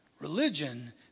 Religion